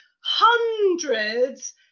Hundreds